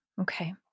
okay